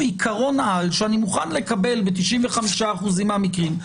עיקרון על שאני מוכן לקבל ב-95% מהמקרים,